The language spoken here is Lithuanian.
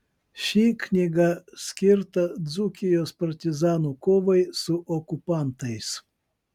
ši knyga skirta dzūkijos partizanų kovai su okupantais